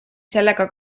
sellega